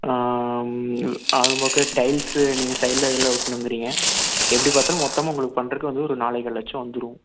அதுபோக டைல்ஸ்ஸு நீங்கள் சைடில் இதில் ஒட்டணுங்கிறீங்க எப்படி பார்த்தாலும் மொத்தமாக உங்களுக்குப் பண்ணுறக்கு வந்து ஒரு நாலேகால் லட்சம் வந்துடும்